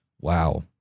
Wow